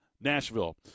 Nashville